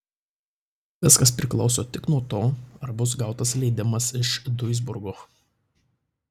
viskas priklauso tik nuo to ar bus gautas leidimas iš duisburgo